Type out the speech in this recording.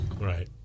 Right